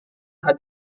ada